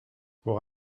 pour